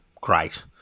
great